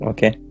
Okay